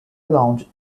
lounge